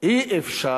אי-אפשר